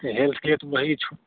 तो हेल्थ के लिए तो वही छू